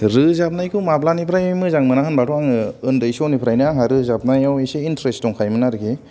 रोजाबनायखौ माब्लानिफ्राय मोजां मोना होनबाथ' आङो उन्दै समनिफ्रायनो आहा रोजाबनायाव एसे इनथ्रेस दंखायोमोन आरखि